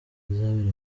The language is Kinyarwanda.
rizabera